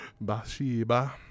Bathsheba